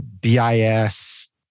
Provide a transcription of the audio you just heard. BIS